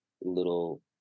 little